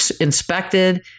inspected